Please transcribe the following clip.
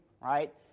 right